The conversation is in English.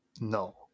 No